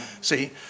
See